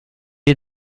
est